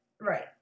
Right